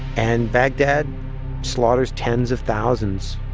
and baghdad slaughters tens of thousands